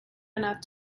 enough